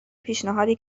پیشنهادی